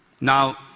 Now